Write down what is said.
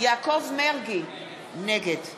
יעקב מרגי, נגד